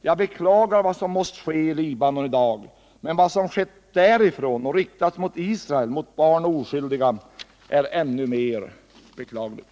Jag beklagar vad som måst ske i Libanon i dag —- men vad som skett därifrån och riktats mot Israel, mot barn och oskyldiga är ännu mer beklagligt.